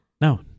no